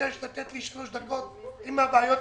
מבקש לתת לי שלוש דקות להסביר.